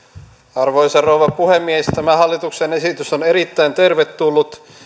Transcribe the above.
arvoisa rouva puhemies tämä hallituksen esitys on erittäin tervetullut